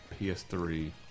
PS3